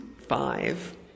five